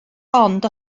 ond